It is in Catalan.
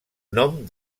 nom